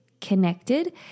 connected